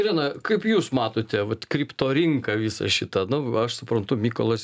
irena kaip jūs matote vat kriptorinką visą šitą nu va aš suprantu mykolas